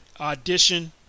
audition